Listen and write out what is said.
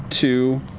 two